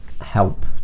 help